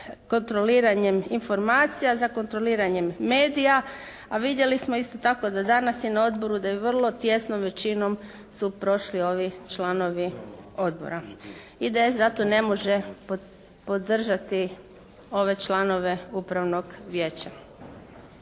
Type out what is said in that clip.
za kontroliranjem informacija, za kontroliranjem medija, a vidjeli smo isto tako da danas i na odboru da je vrlo tijesnom većinom su prošli ovi članovi odbora. IDS zato ne može podržati ove članove Upravnog vijeća.